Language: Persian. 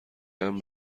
امن